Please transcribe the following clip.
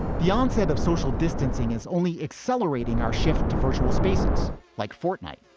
the onset of social distancing is only accelerating our shift to virtual spaces like fortnight,